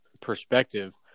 perspective